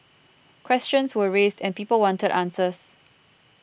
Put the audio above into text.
questions were raised and people wanted answers